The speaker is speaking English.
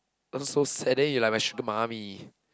what a so sad then you're like my sugar mummy